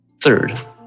Third